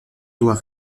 doit